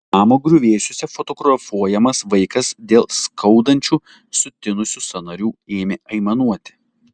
namo griuvėsiuose fotografuojamas vaikas dėl skaudančių sutinusių sąnarių ėmė aimanuoti